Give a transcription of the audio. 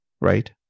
right